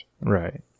Right